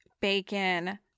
bacon